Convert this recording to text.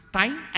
time